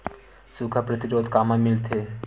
सुखा प्रतिरोध कामा मिलथे?